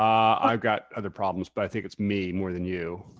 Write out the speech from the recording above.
i've got other problems, but i think it's me more than you.